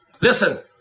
Listen